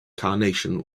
carnation